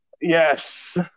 Yes